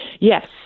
Yes